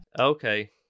Okay